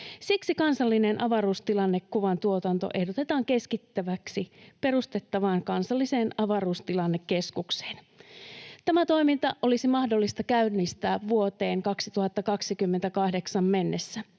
Siksi kansallinen avaruustilannekuvan tuotanto ehdotetaan keskitettäväksi perustettavaan kansalliseen avaruustilannekeskukseen. Tämä toiminta olisi mahdollista käynnistää vuoteen 2028 mennessä.